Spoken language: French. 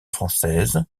française